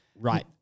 right